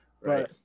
Right